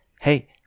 hey